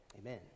Amen